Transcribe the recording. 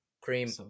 Cream